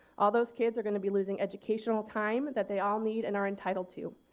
all those kids are going to be losing educational time that they all need and are entitled to.